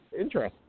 Interesting